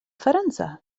فرنسا